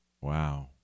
Wow